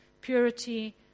purity